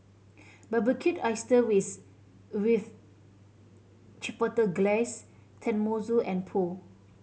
Barbecued Oyster with Chipotle Glaze Tenmusu and Pho